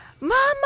Mama